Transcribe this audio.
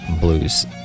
blues